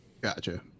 Gotcha